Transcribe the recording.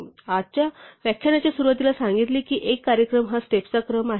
आपण आजच्या व्याख्यानाच्या सुरुवातीला सांगितले की एक कार्यक्रम हा स्टेप्सचा क्रम आहे